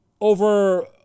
over